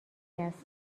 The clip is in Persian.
است